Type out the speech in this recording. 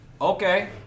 Okay